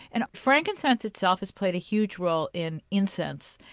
and frankincense itself has played a huge role in incense,